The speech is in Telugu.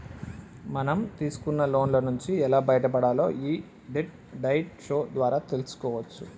మనం తీసుకున్న లోన్ల నుంచి ఎలా బయటపడాలో యీ డెట్ డైట్ షో ద్వారా తెల్సుకోవచ్చు